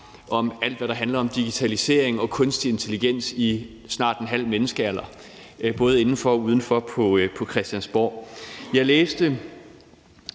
om alt, hvad der handler om digitalisering og kunstig intelligens, i snart en halv menneskealder, både på og uden for Christiansborg. Jeg læste